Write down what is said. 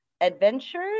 adventures